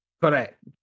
Correct